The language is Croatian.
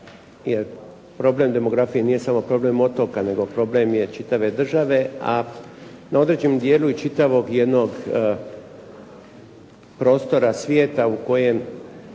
jer demografije nije samo problem otoka nego problem je čitave države, a na određenom dijelu i čitavog jednog prostora svijeta u kojem